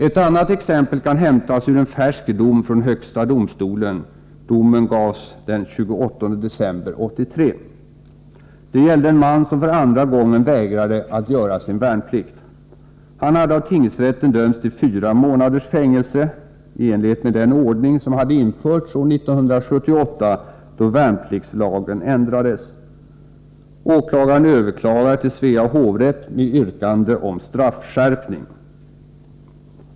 Ett annat exempel kan hämtas ur en färsk dom från högsta domstolen; domen gavs den 28 december 1983. Det gällde en man som för andra gången vägrade att göra sin värnplikt. Han hade av tingsrätten dömts till fyra månaders fängelse i enlighet med den ordning som hade införts år 1978, då värnpliktslagen ändrades. Åklagaren överklagade till Svea hovrätt med yrkande om straffskärpning.